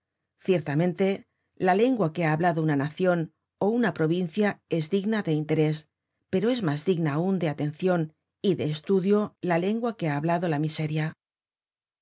ciertamente la lengua que ha hablado una nacion ó una provincia es digna de interés pero es mas digna aun de atencion y de estudio la lengua que ha hablado la miseria la